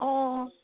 অঁ